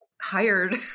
hired